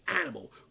animal